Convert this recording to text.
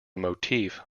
motif